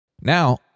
Now